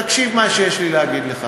תקשיב מה שיש לי להגיד לך.